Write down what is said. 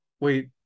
wait